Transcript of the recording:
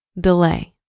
delay